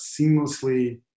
seamlessly